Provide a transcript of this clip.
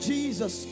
Jesus